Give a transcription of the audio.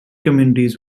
communities